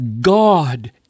God